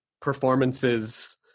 performances